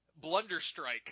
Blunderstrike